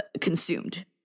consumed